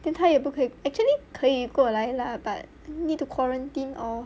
then 他也不可以 actually 可以过来 lah but need to quarantine or